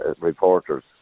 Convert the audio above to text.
reporters